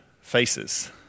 faces